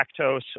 lactose